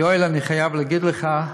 יואל, אני חייב להגיד לך,